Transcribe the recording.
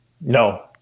No